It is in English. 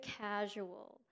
casual